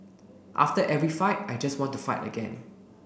after every fight I just want to fight again